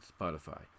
Spotify